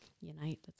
unite